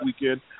weekend